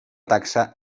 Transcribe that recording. taxa